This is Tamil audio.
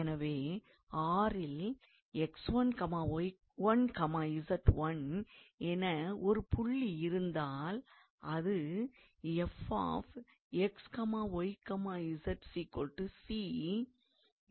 எனவே R இல் 𝑥1𝑦1𝑧1 என ஒரு புள்ளி இருந்தால் அது 𝑓𝑥𝑦𝑧 𝑐 என்ற புள்ளியின் வழியாகக் கடந்து செல்லும்